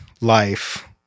life